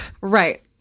Right